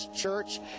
Church